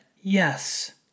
Yes